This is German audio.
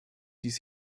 dies